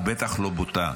ובטח לא בוטה.